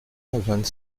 vingt